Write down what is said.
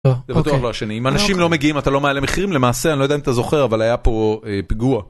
אם אנשים לא מגיעים אתה לא מאלה מחירים למעשה אני לא יודע אם אתה זוכר אבל היה פה פיגוע.